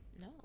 No